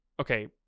Okay